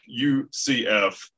UCF